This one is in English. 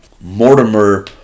Mortimer